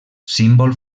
símbol